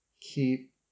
keep